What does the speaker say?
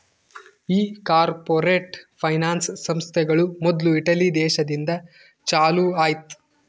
ಈ corporate finance ಸಂಸ್ಥೆಗಳು ಮೊದ್ಲು ಇಟಲಿ ದೇಶದಿಂದ ಚಾಲೂ ಆಯ್ತ್